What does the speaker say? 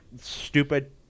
stupid